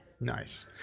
nice